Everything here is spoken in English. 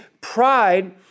pride